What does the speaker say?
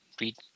read